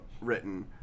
written